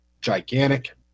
gigantic